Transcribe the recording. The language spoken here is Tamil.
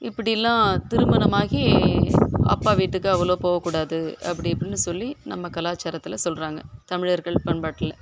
இப்படிலாம் திருமணம் ஆகி அப்பா வீட்டுக்கு அவ்வளோ போக கூடாது அப்படி இப்படினு சொல்லி நம்ம கலாச்சாரத்தில் சொல்கிறாங்க தமிழர்கள் பண்பாட்டில்